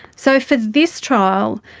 so for this trial,